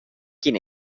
quin